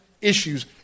issues